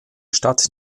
stadt